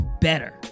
better